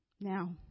Now